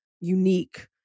unique